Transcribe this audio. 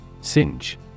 Singe